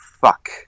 Fuck